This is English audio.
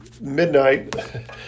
midnight